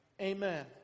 Amen